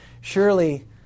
surely